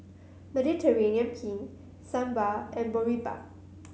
Mediterranean Penne Sambar and Boribap